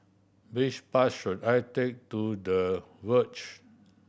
which bus should I take to The Verge